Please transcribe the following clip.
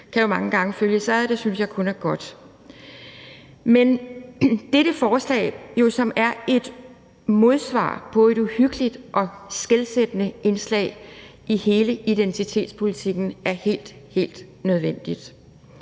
kan jo mange gange følges ad. Det synes jeg kun er godt. Men dette forslag, som er et modsvar til et uhyggeligt og skelsættende indslag i hele identitetspolitikken, er helt, helt nødvendigt.